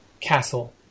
castle